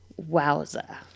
wowza